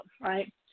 right